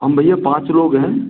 हम भैया पाँच लोग हैं